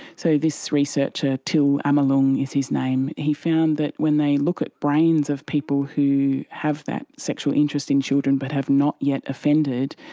so this researcher, till amelung is his name, he found that when they look at brains of people who have that sexual interest in children but have not yet offended,